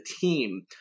team